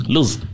Lose